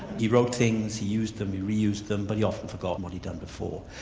he wrote things, he used them, he re-used them, but he often forgot what he'd done before.